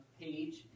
page